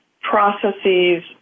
processes